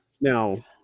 Now